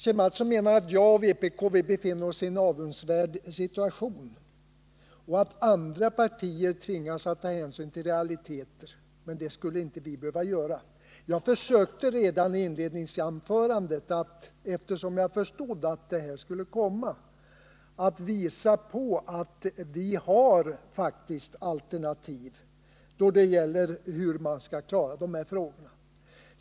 Kjell Mattsson menar att jag och vpk i övrigt befinner oss i en avundsvärd situation. Han säger att andra partier tvingas ta hänsyn till realiteter, men att vi inte skulle behöva göra det. Eftersom jag förstått att det här skulle komma försökte jag att redan i inledningsanförandet visa på att vi faktiskt har alternativ när det gäller att klara de här frågorna.